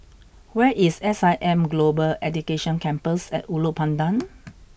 where is S I M Global Education Campus at Ulu Pandan